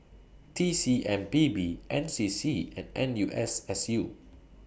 T C M P B N C C and N U S S U